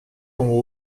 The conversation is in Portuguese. com